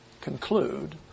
conclude